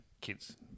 kids